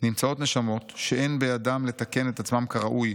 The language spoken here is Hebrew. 'נמצאות נשמות שאין בידם לתקן את עצמם כראוי,